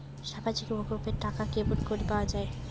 সামাজিক প্রকল্পের টাকা কেমন করি পাওয়া যায়?